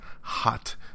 hot